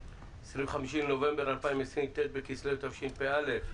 25 בנובמבר 2020, ט' בכסלו תשפ"א.